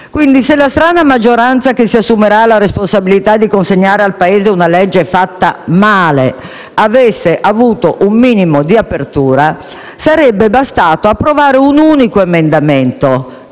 Italia. Se la strana maggioranza che si assumerà la responsabilità di consegnare al Paese una legge fatta male avesse avuto un minimo di apertura, sarebbe bastato approvare un unico emendamento